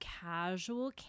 casual